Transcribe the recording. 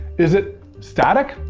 is it static?